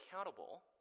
accountable